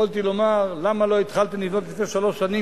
יכולתי לומר: למה לא התחלתם לבנות לפני שלוש שנים,